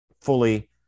fully